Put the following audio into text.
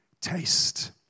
taste